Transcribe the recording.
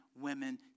women